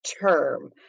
term